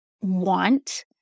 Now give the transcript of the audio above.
want